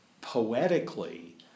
Poetically